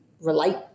relate